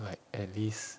like at least